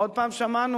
עוד הפעם שמענו?